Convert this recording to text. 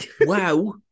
wow